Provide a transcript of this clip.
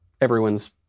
everyone's